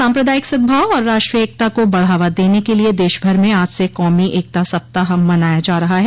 साम्प्रदायिक सद्भाव और राष्ट्रीय एकता को बढ़ावा देने के लिए देशभर में आज से कौमी एकता सप्ताह मनाया जा रहा है